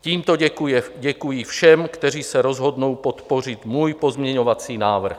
Tímto děkuji všem, kteří se rozhodnou podpořit můj pozměňovací návrh.